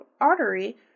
artery